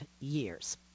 years